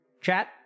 Chat